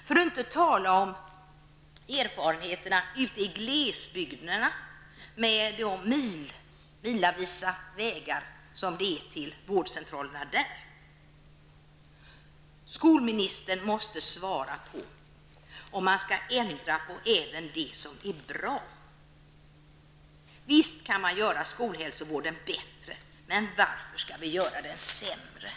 För att inte tala om erfarenheterna ute i glesbygderna, där människorna måste färdas milslånga vägar när de skall besöka sin vårdcentral. Skolministern måste svara på frågan om huruvida man skall ändra även det som är bra. Skolhälsovården kan förvisso förbättras. Men varför skall vi då göra den sämre?